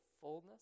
fullness